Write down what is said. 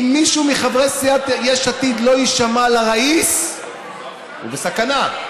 אם מישהו מחברי סיעת יש עתיד לא יישמע לראיס הוא בסכנה.